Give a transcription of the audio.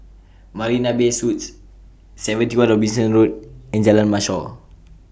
Marina Bay Suites seventy one Robinson Road and Jalan Mashhor